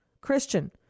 Christian